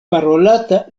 parolata